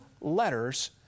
letters